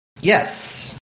yes